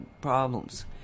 problems